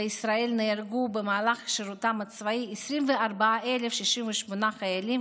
בישראל נהרגו במהלך שירותם הצבאי 24,068 חיילים,